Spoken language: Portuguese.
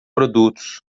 produtos